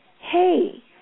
hey